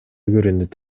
көрүнөт